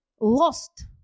Lost